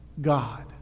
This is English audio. God